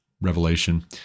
Revelation